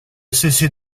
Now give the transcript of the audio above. cessé